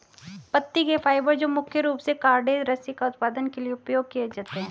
पत्ती के फाइबर जो मुख्य रूप से कॉर्डेज रस्सी का उत्पादन के लिए उपयोग किए जाते हैं